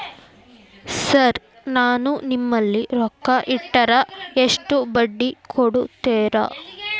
Sir ನಾನು ನಿಮ್ಮಲ್ಲಿ ರೊಕ್ಕ ಇಟ್ಟರ ಎಷ್ಟು ಬಡ್ಡಿ ಕೊಡುತೇರಾ?